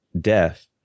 death